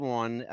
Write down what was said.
one